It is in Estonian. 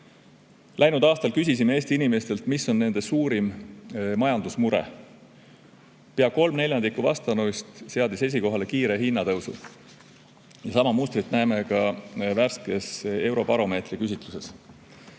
Läinud aastal küsisime Eesti inimestelt, mis on nende suurim majandusmure. Pea kolm neljandikku vastanuist seadis esikohale kiire hinnatõusu. Sama mustrit näeme ka värskes Eurobaromeetri küsitluses.